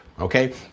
Okay